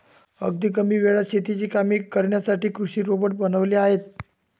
अगदी कमी वेळात शेतीची कामे करण्यासाठी कृषी रोबोट बनवले आहेत